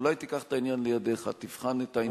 אולי תיקח את העניין לידיך ותבחן את העניין,